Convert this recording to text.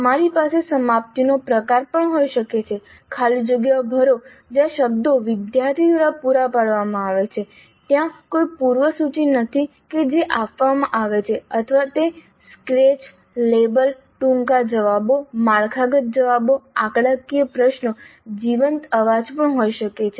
અમારી પાસે સમાપ્તિનો પ્રકાર પણ હોઈ શકે છે ખાલી જગ્યાઓ ભરો જ્યાં શબ્દો વિદ્યાર્થી દ્વારા પૂરા પાડવામાં આવે છે ત્યાં કોઈ પૂર્વ સૂચિ નથી જે આપવામાં આવે છે અથવા તે સ્કેચ લેબલ ટૂંકા જવાબો માળખાગત જવાબો આંકડાકીય પ્રશ્નો જીવંત અવાજ પણ હોઈ શકે છે